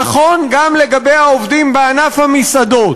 נכון גם לגבי העובדים בענף המסעדות: